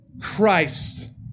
Christ